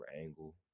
angle